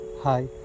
Hi